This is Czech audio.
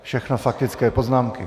Všechno faktické poznámky.